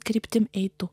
kryptim eitų